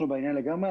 אנחנו בעניין לגמרי.